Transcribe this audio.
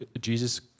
jesus